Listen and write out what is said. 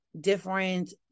different